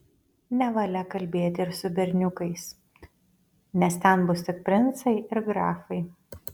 nevalia kalbėti ir su berniukais nes ten bus tik princai ir grafai